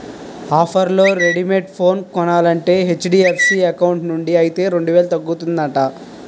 ఆఫర్లో Redmi phone కొనాలంటే HDFC account నుండి అయితే రెండేలు తగ్గుతుందట